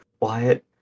wyatt